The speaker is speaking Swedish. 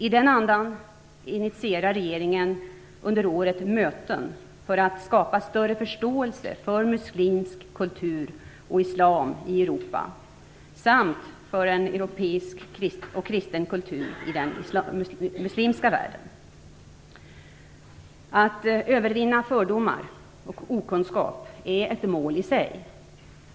I den andan initierar regeringen under året möten för att skapa större förståelse för muslimsk kultur och islam i Europa samt för en europeisk och kristen kultur i den muslimska världen. Att övervinna fördomar och okunskap är ett mål i sig.